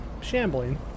shambling